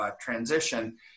transition